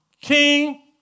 King